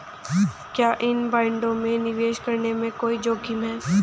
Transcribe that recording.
क्या इन बॉन्डों में निवेश करने में कोई जोखिम है?